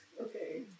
Okay